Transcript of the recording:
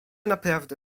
naprawdę